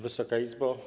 Wysoka Izbo!